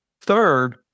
Third